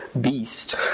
beast